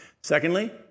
Secondly